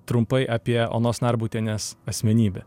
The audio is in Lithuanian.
trumpai apie onos narbutienės asmenybę